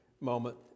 moment